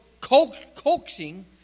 coaxing